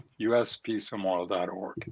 uspeacememorial.org